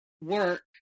work